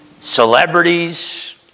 celebrities